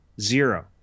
zero